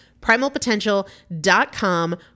Primalpotential.com